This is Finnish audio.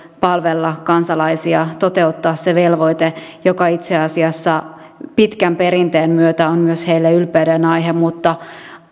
palvella kansalaisia toteuttaa se velvoite joka itse asiassa pitkän perinteen myötä on myös heille ylpeydenaihe mutta